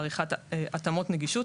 ועריכת התאמות נגישות